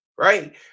Right